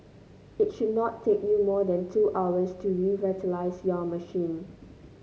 it should not take you more than two hours to revitalise your machine